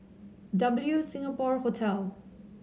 W Singapore Hotel